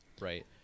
right